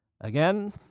Again